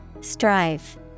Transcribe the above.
Strive